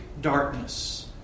darkness